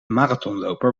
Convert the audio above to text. marathonloper